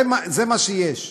זה מה שיש.